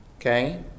okay